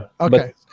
Okay